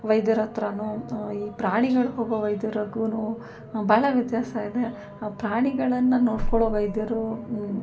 ವೈದ್ಯರ ಹತ್ರವೂ ಈ ಪ್ರಾಣಿಗಳು ಹೋಗೋ ವೈದ್ಯರಿಗೂ ಭಾಳ ವ್ಯತ್ಯಾಸ ಇದೆ ಆ ಪ್ರಾಣಿಗಳನ್ನು ನೋಡಿಕೊಳ್ಳೋ ವೈದ್ಯರು